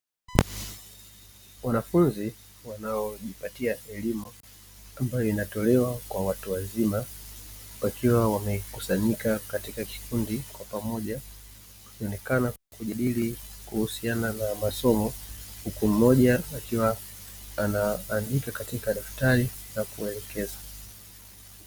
Wanafunzi wanaojipatia elimu ambayo inatolewa kwa watu wazima, wakiwa wamekusanyika katika kikundi kwa pamoja; wakionekana kujadili kuhusiana na masomo huku mmoja akiwa anaandika katika daftari na kuwaelekeza.